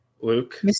Luke